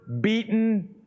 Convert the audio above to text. beaten